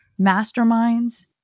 masterminds